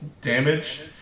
damage